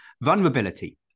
Vulnerability